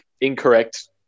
incorrect